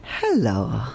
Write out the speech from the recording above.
Hello